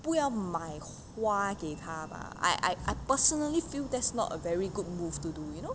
不要买花给他吧 I I personally feel that's not a very good move to do you know